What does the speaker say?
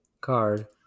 card